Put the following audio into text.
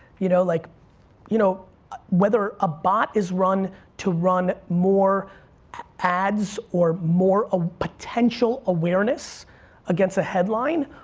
you know like you know whether a bot is run to run more ads or more ah potential awareness against a headline,